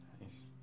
Nice